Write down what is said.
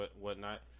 whatnot